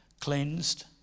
cleansed